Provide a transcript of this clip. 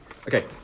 Okay